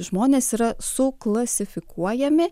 žmonės yra suklasifikuojami